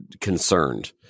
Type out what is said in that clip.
concerned